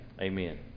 Amen